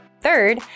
Third